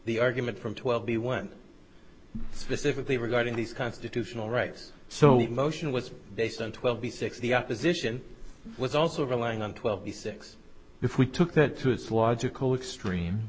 the argument from twelve the one specifically regarding these constitutional rights so that motion was based on twelve b six the opposition was also relying on twelve the six if we took that to its logical extreme